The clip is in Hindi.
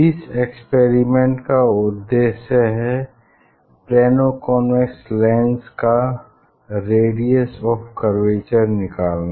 इस एक्सपेरिमेंट का उद्देश्य है प्लेनो कॉन्वेक्स लेंस का रेडियस ऑफ़ कर्वेचर निकालना